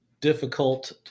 difficult